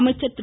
அமைச்சர் திரு